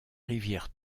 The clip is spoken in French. rivière